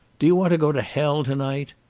do you want to go to hell tonight?